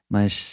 Mas